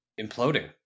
imploding